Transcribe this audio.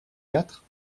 quatre